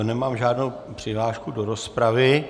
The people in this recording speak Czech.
Nemám žádnou přihlášku do rozpravy.